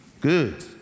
good